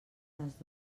les